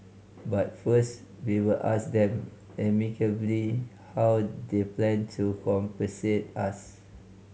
but first we will ask them amicably how they plan to compensate us